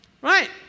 Right